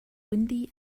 windy